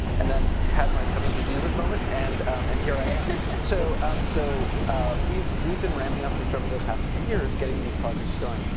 and then had my coming to jesus moment, and and here i yeah so am. so we've we've been ramping up, just over the past few years, getting these projects going.